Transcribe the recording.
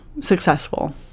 successful